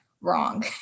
wrong